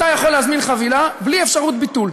אתה יכול להזמין חבילה בלי אפשרות ביטול.